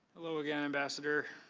hello again ambassador.